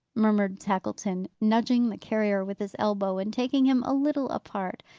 murmured tackleton, nudging the carrier with his elbow, and taking him a little apart.